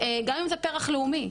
גם אם זה פרח לאומי.